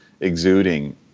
exuding